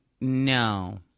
No